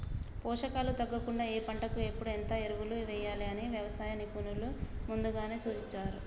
పోషకాలు తగ్గకుండా ఏ పంటకు ఎప్పుడు ఎంత ఎరువులు వేయాలి అని వ్యవసాయ నిపుణులు ముందుగానే సూచిస్తారు